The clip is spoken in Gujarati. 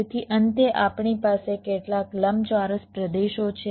તેથી અંતે આપણી પાસે કેટલાક લંબચોરસ પ્રદેશો છે